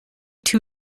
two